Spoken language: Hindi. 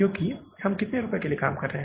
क्योंकि हम कितने के लिए काम करते हैं